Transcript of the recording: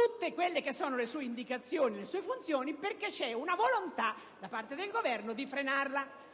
tutte le sue indicazioni e funzioni perché c'è la volontà, da parte del Governo, di frenarla.